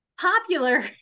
popular